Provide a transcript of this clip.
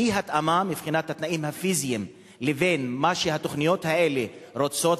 אי-התאמה מבחינת התנאים הפיזיים בין מה שהתוכניות האלה רוצות,